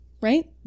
right